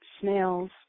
snails